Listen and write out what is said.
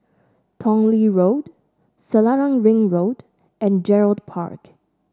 Tong Lee Road Selarang Ring Road and Gerald Park